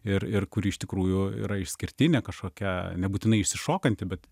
ir ir kuri iš tikrųjų yra išskirtinė kažkokia nebūtinai išsišokanti bet